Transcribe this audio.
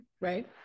right